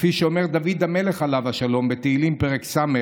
כפי שאומר דוד המלך עליו השלום בתהילים פרק ס',